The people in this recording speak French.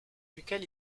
duquel